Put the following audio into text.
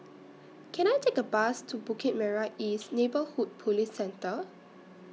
Can I Take A Bus to Bukit Merah East Neighbourhood Police Centre